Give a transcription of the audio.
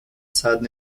صدر